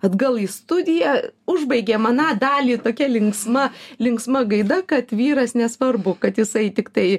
atgal į studiją užbaigėm aną dalį tokia linksma linksma gaida kad vyras nesvarbu kad jisai tiktai